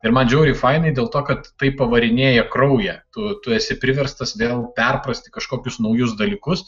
ir man žiauriai fainai dėl to kad tai pavarinėja kraują tu tu esi priverstas vėl perprasti kažkokius naujus dalykus